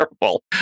terrible